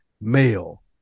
male